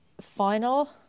final